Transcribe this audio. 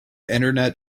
internet